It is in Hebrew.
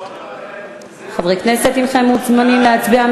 חברי הכנסת, הנכם מוזמנים להצביע.